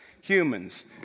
humans